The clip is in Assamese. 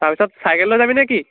তাৰপিছত চাইকেল লৈ যাবিনে কি